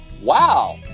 wow